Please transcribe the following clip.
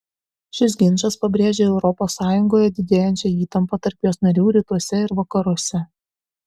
šis ginčas pabrėžė europos sąjungoje didėjančią įtampą tarp jos narių rytuose ir vakaruose